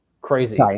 crazy